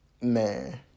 Man